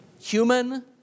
human